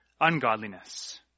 ungodliness